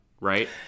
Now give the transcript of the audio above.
right